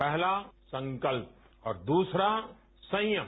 पहला संकल्प और दूसरा संयम